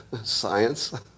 science